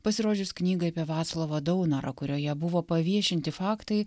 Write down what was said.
pasirodžius knygai apie vaclovą daunorą kurioje buvo paviešinti faktai